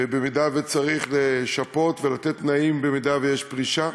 ובמידה שצריך לשפות ולתת תנאים, אם יש פרישה,